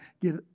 get